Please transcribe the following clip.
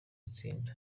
tsinda